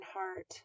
heart